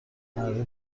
مردا